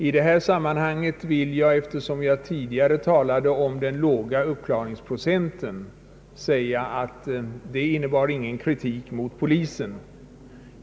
I detta sammanhang vill jag, eftersom jag tidigare talade om den låga uppklaringsprocenten, säga att det inte innebar någon kritik mot polisen.